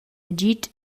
agid